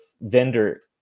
vendor